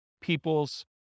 people's